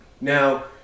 now